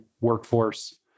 workforce